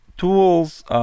tools